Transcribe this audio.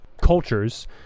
cultures